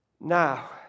Now